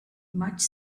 much